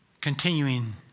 Continuing